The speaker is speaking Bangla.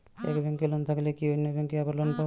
এক ব্যাঙ্কে লোন থাকলে কি অন্য ব্যাঙ্কে আবার লোন পাব?